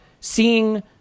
seeing